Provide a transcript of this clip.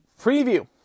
preview